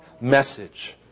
message